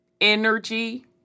energy